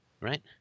Right